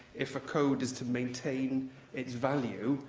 if a code is to maintain its value,